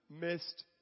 missed